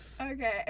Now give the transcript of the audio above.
Okay